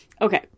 Okay